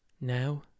Now